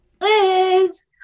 Liz